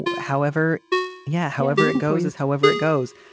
however yeah. however it goes as however it goes.